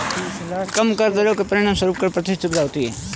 कम कर दरों के परिणामस्वरूप कर प्रतिस्पर्धा होती है